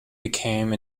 became